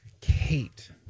kate